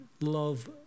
love